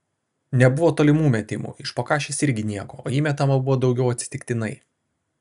nebuvo tolimų metimų iš po kašės irgi nieko o įmetama buvo daugiau atsitiktinai